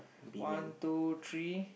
one two three